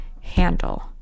handle